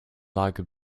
lager